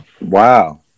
wow